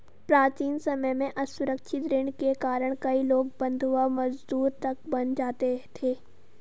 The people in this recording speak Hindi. प्राचीन समय में असुरक्षित ऋण के कारण कई लोग बंधवा मजदूर तक बन जाते थे